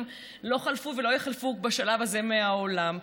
לא חלפו ולא יחלפו בשלב הזה מהעולם,